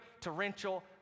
torrential